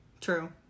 True